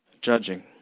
judging